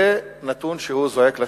זה נתון שזועק לשמים.